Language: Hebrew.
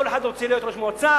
כל אחד רוצה להיות ראש מועצה,